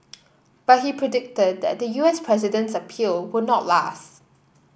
but he predicted that the U S president's appeal would not last